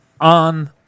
on